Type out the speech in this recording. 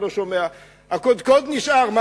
הקודקוד נשאר.